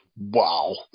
Wow